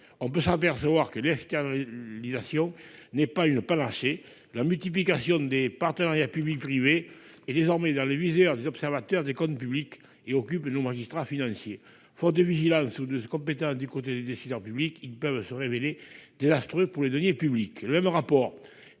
on peut s'apercevoir que l'externalisation n'est pas la panacée. La multiplication des partenariats public-privé est désormais dans le viseur des observateurs des comptes publics et occupe nos magistrats financiers. Faute de vigilance ou de compétences de la part des décideurs publics, ces partenariats peuvent se révéler désastreux pour les deniers publics.